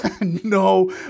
No